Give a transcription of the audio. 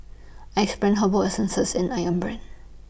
Axe Brand Herbal Essences and Ayam Brand